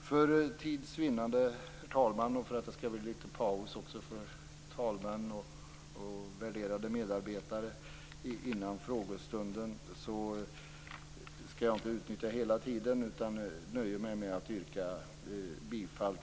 För tids vinnande, herr talman, och för att det skall bli litet paus också för talmannen och värderade medarbetare före frågestunden skall jag inte utnyttja hela min taletid. Jag nöjer mig med att, likt